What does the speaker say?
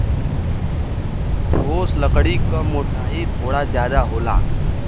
ठोस लकड़ी क मोटाई थोड़ा जादा होला